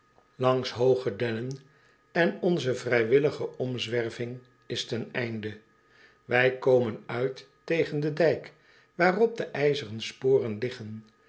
langs hooge dennen en onze vrijwillige omzwerving is ten einde wij komen uit tegen den dijk waarop de ijzeren sporen liggen